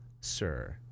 sir